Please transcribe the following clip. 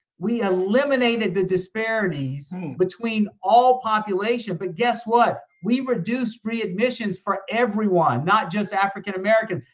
we eliminated the disparities between all population, but guess what? we reduced readmissions for everyone, not just african american.